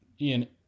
Ian